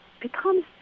becomes